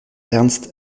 ernst